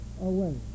away